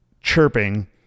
chirping